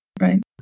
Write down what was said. right